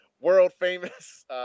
world-famous